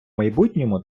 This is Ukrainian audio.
майбутньому